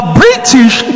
british